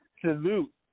salute